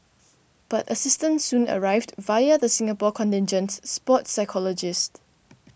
but assistance soon arrived via the Singapore contingent's sports psychologist